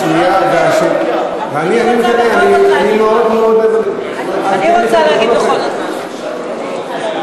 אני מאוד מאוד, אני רוצה להגיד בכל זאת משהו.